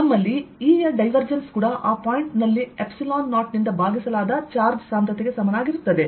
ನಮ್ಮಲ್ಲಿ E ನ divergence ಕೂಡ ಆಪಾಯಿಂಟ್ ದಲ್ಲಿ ಎಪ್ಸಿಲಾನ್ 0 ರಿಂದ ಭಾಗಿಸಲಾದ ಚಾರ್ಜ್ ಸಾಂದ್ರತೆಗೆ ಸಮಾನವಾಗಿರುತ್ತದೆ